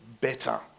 better